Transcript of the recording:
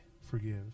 forgive